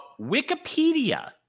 Wikipedia